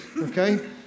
Okay